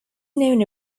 known